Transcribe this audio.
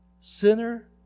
Sinner